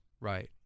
Right